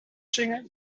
zingen